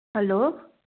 hello